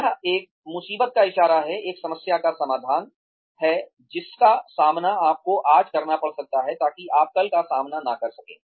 यह एक मुसीबत का इशारा है एक समस्या का समाधान है जिसका सामना आपको आज करना पड़ सकता है ताकि आप कल का सामना न कर सकें